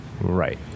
right